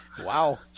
Wow